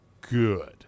good